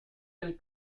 del